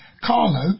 Carlo